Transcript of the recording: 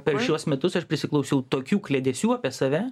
per šiuos metus aš prisiklausiau tokių kliedesių apie save